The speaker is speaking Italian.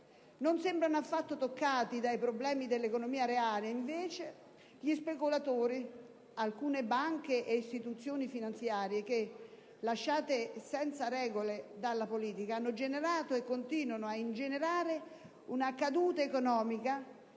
Non sembrano affatto toccati dai problemi dell'economia reale, invece, gli speculatori, alcune banche e istituzioni finanziarie che, lasciate senza regole dalla politica, hanno generato e continuano ad ingenerare una caduta economica